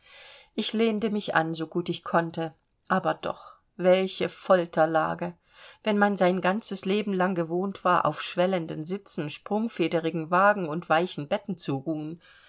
ich lehnte mich an so gut ich konnte aber doch welche folterlage wenn man sein ganzes leben lang gewohnt war auf schwellenden sitzen sprungfederigen wagen und weichen betten zu ruhen